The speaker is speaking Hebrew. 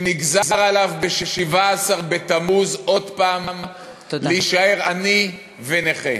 שנגזר עליו בי"ז בתמוז עוד פעם להישאר עני ונכה.